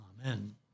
Amen